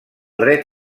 dret